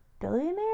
billionaire